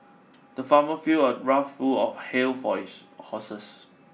the farmer filled a trough full of hay for his horses